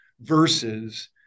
versus